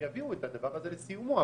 שיביאו את הדבר הזה לסיומו.